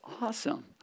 awesome